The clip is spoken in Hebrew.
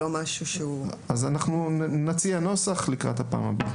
אנחנו נציע נוסח לקראת הפעם הבאה.